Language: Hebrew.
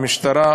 המשטרה,